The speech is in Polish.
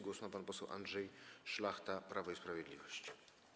Głos ma pan poseł Andrzej Szlachta, Prawo i Sprawiedliwość.